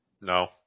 No